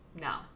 No